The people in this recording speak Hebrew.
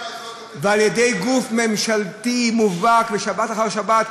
על-ידי גוף ממשלתי מובהק, ושבת אחרי שבת.